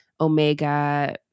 Omega